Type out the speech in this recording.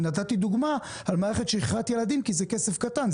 נתתי דוגמה על מערכת של שכחת ילדים כי זה כסף קטן,